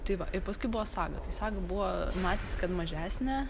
tai va paskui buvo saga tai saga buvo matės kad mažesnė